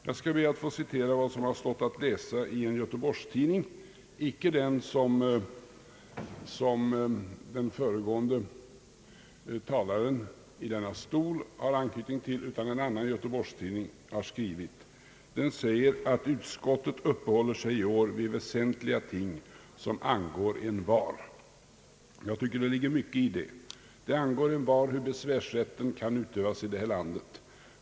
Jag skall be att få citera vad som står att läsa i en göteborgstidning — icke den som den föregående talaren i denna stol har anknytning till utan en annan göteborgstidning: »Utskottet uppehåller sig i år vid väsentliga ting som angår envar.» Jag tycker det ligger mycket i detta. Det angår envar hur besvärsrätten kan utövas i vårt land.